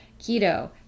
Keto